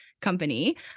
company